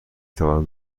توانم